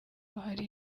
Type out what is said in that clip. hari